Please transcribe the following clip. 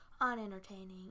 unentertaining